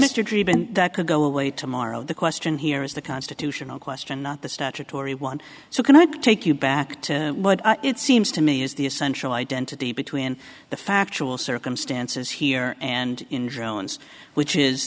treatment that could go away tomorrow the question here is the constitutional question not the statutory one so can i take you back to what it seems to me is the essential identity between the factual circumstances here and